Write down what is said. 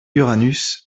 uranus